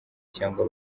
cyangwa